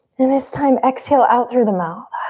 and this time exhale out through the mouth.